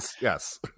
yes